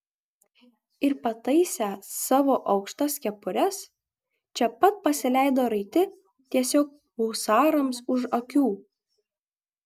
ir pataisę savo aukštas kepures čia pat pasileido raiti tiesiog husarams už akių